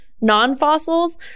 non-fossils